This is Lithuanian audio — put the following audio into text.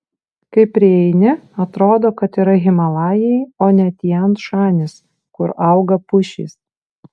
kai prieini atrodo kad yra himalajai o ne tian šanis kur auga pušys